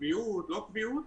קביעות לא קביעות,